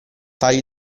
tali